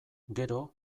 gero